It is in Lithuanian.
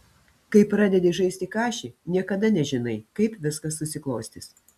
kai pradedi žaisti kašį niekada nežinai kaip viskas susiklostys